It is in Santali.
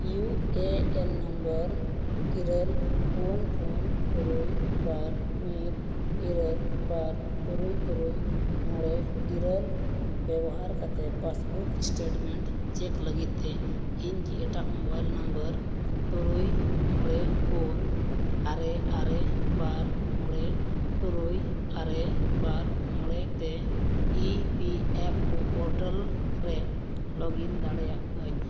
ᱤᱭᱩ ᱮ ᱮᱱ ᱱᱟᱢᱵᱟᱨ ᱤᱨᱟᱹᱞ ᱯᱩᱱ ᱯᱩᱱ ᱛᱩᱨᱩᱭ ᱵᱟᱨ ᱢᱤᱫ ᱤᱨᱟᱹᱞ ᱵᱟᱨ ᱛᱩᱨᱩᱭ ᱛᱩᱨᱩᱭ ᱢᱚᱬᱮ ᱤᱨᱟᱹᱞ ᱵᱮᱵᱚᱦᱟᱨ ᱠᱟᱛᱮᱫ ᱯᱟᱥᱵᱩᱠ ᱥᱴᱮᱴᱢᱮᱱᱴ ᱪᱮᱠ ᱞᱟᱹᱜᱤᱫᱛᱮ ᱤᱧᱠᱤ ᱮᱴᱟᱜ ᱢᱳᱵᱟᱭᱤᱞ ᱱᱟᱢᱵᱟᱨ ᱛᱩᱨᱩᱭ ᱢᱚᱬᱮ ᱯᱩᱱ ᱟᱨᱮ ᱟᱨᱮ ᱵᱟᱨ ᱢᱚᱬᱮ ᱛᱩᱨᱩᱭ ᱟᱨᱮ ᱵᱟᱨ ᱢᱚᱬᱮᱛᱮ E P F O portal ᱨᱮ ᱞᱚᱜᱤᱱ ᱫᱟᱲᱮᱭᱟᱜ ᱟᱹᱧ